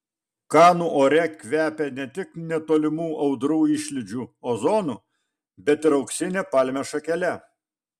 kanų ore kvepia ne tik netolimų audrų išlydžių ozonu bet ir auksine palmės šakele